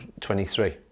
23